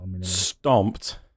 stomped